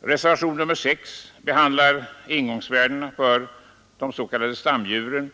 Reservationen 6 behandlar ingångsvärdena för s.k. stamdjur.